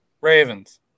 Ravens